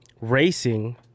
racing